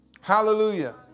Hallelujah